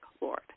Lord